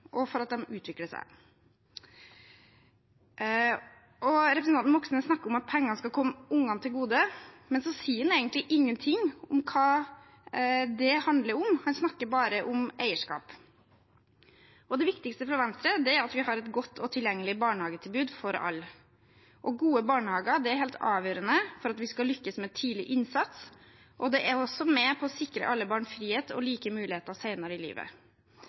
og utvikler seg. Representanten Moxnes snakker om at pengene skal komme ungene til gode, men han sier egentlig ingenting om hva det handler om, han snakker bare om eierskap. Det viktigste for Venstre er at vi har et godt og tilgjengelig barnehagetilbud for alle. Gode barnehager er helt avgjørende for at vi skal lykkes med tidlig innsats, og det er også med på å sikre alle barn frihet og like muligheter senere i livet.